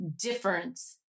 difference